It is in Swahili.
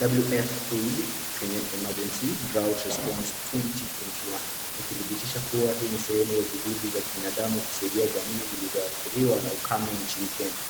WF-Aid Kenya Emergency Drought Response twenty twenty-one . Ikithibitisha kuwa hii ni sehemu ya juhudi za kibinadamu kusaidia jamii zilizoathiriwa na ukame nchini Kenya.